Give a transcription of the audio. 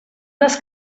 les